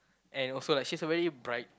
and also like she's a very bright